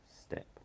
step